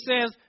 says